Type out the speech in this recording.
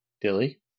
Dilly